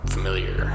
Familiar